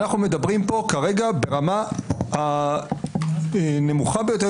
אנחנו מדברים פה כרגע ברמה הנמוכה ביותר.